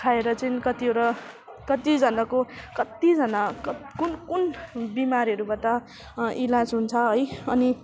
खाएर चाहिँ कतिवटा कतिजनाको कतिजना कुन कुन बिमारहरूबाट इलाज हुन्छ है अनि